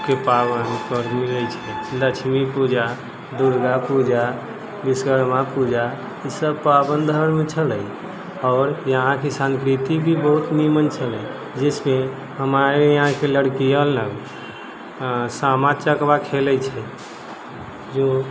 के पाबनि पर्व मिलै छै लक्ष्मी पूजा दुर्गा पूजा विश्वकर्मा पूजा ई सब पाबनि धर्म छलै आओर यहाँके संस्कृति भी बहुत निमन छलै जिसमे हमारे यहाँ कि लड़कियो लोग सामा चकेवा खेलै छै जो